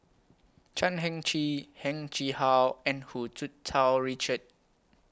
Chan Heng Chee Heng Chee How and Hu Tsu Tau Richard